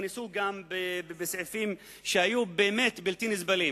שהוכנסו גם בסעיפים שהיו באמת בלתי נסבלים.